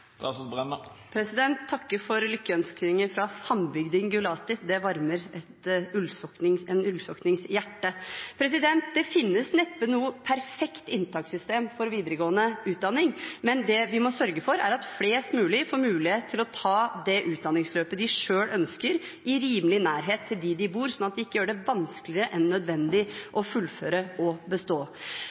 takker for lykkeønskninger fra sambygding Gulati, det varmer en ullsoknings hjerte. Det finnes neppe noe perfekt inntakssystem for videregående utdanning, men det vi må sørge for, er at flest mulig får mulighet til å ta det utdanningsløpet de selv ønsker, i rimelig nærhet til der de bor, sånn at vi ikke gjør det vanskeligere enn nødvendig å fullføre og bestå.